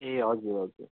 ए हजुर हजुर